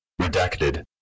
Redacted